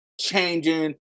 changing